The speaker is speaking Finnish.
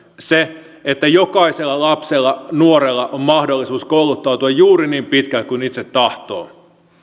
se että jokaisella lapsella nuorella on mahdollisuus kouluttautua juuri niin pitkälle kuin itse tahtoo